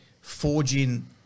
forging